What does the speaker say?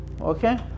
Okay